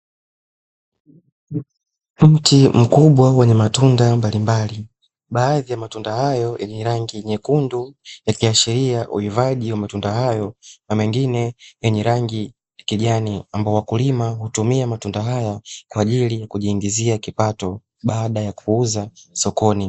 Mti mkubwa wenye matunda mbalimbali, baadhi ya matunda hayo yenye rangi nyekundu yakiashiria uivaji wa matunda hayo, na mengine yenye rangi ya kijani, ambayo wakulima hutumia matunda hayo kwa ajili ya kujiingizia kipato, baada ya kuuza sokoni.